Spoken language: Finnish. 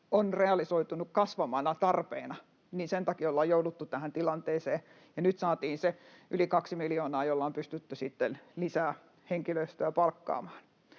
on realisoitunut kasvavana tarpeena, ja sen takia ollaan jouduttu tähän tilanteeseen, ja nyt saatiin se yli kaksi miljoonaa, jolla on pystytty sitten lisää henkilöstöä palkkaamaan.